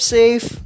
safe